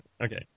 Okay